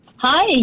Hi